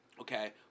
okay